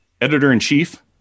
editor-in-chief